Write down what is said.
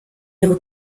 ihre